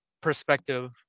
perspective